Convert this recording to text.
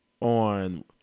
on